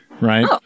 right